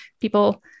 People